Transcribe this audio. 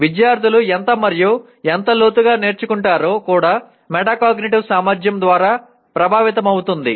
విద్యార్థులు ఎంత మరియు ఎంత లోతుగా నేర్చుకుంటారో కూడా మెటాకాగ్నిటివ్ సామర్ధ్యం ద్వారా ప్రభావితమవుతుంది